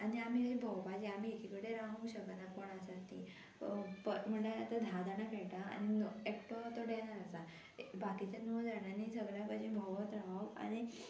आनी आमी भोंवपाचें आमी एकी कडेन रावूंक शकना कोण आसा तीं म्हणळ्यार आतां धा जाणां खेळटा आनी एकटो तो डॅनर आसा बाकीच्या णव जाणांनी सगळ्यां भोंवत रावप आनी